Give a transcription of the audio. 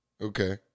Okay